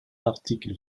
l’article